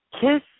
kiss